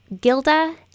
gilda